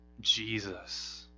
Jesus